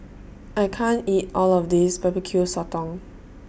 I can't eat All of This Barbecue Sotong